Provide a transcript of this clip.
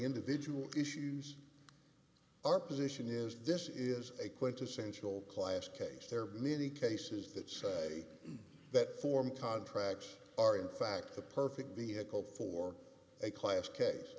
individual issues our position is this is a quintessential classic case there are many cases that say that form contracts are in fact the perfect vehicle for a class case